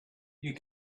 you